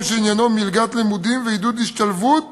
שעניינו מלגת לימודים ועידוד השתלבות